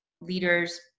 leaders